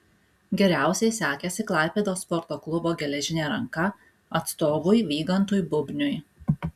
geriausiai sekėsi klaipėdos sporto klubo geležinė ranka atstovui vygantui bubniui